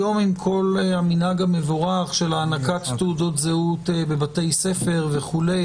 היום עם כל המנהג המבורך של הענקת תעודות זהות בבתי ספר וכו',